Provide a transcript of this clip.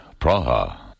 Praha